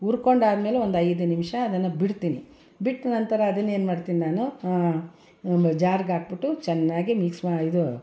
ಹುರ್ಕೊಂಡಾದ್ಮೇಲೆ ಒಂದು ಐದು ನಿಮಿಷ ಅದನ್ನು ಬಿಡ್ತೀನಿ ಬಿಟ್ಟ ನಂತರ ಅದನ್ನ ಏನ್ಮಾಡ್ತೀನಿ ನಾನು ಒಂದು ಜಾರ್ಗೆ ಹಾಕ್ಬಿಟ್ಟು ಚೆನ್ನಾಗಿ ಮಿಕ್ಸ್ ಮಾಡಿ ಇದು